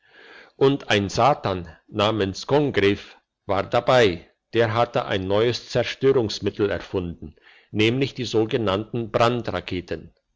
und ein satan namens congreve war dabei der hatte ein neues zerstörungsmittel erfunden nämlich die sogenannten